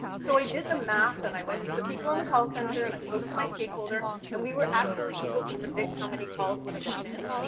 so i did the math, and i went to the people in the call centre, and i spoke to my stakeholder, and we were actually able to predict how many calls would have come in.